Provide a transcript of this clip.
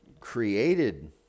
created